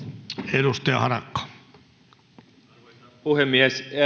arvoisa puhemies